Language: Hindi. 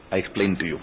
I explain to you